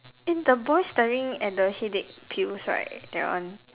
in the boys staring at the headache pills right that one